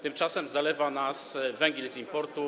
Tymczasem zalewa nas węgiel z importu.